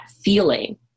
feeling